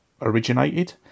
originated